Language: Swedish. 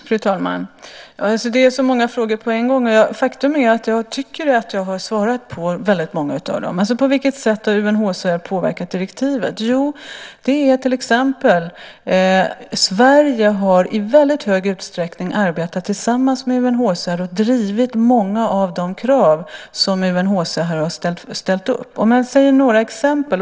Fru talman! Det är många frågor på en gång. Faktum är att jag tycker att jag har svarat på väldigt många av dem. På vilket sätt har UNHCR påverkat direktivet? Jo, det är till exempel så att Sverige i väldigt hög grad har arbetat tillsammans med UNHCR och drivit många av de krav som UNHCR har ställt upp. Jag kan ta några exempel.